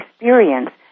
experience